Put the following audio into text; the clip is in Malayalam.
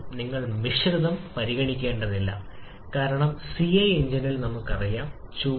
എന്നാൽ വിപരീത ഫലമാണ് മുമ്പത്തെ കേസിന് സമാനമായി നമുക്ക് വിപരീത ഫലവും ഇവിടെ